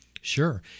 Sure